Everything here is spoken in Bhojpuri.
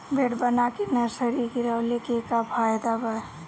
बेड बना के नर्सरी गिरवले के का फायदा बा?